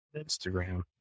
Instagram